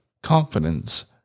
confidence